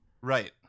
right